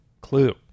clue